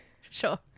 Sure